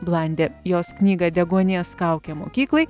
blandė jos knygą deguonies kaukė mokyklai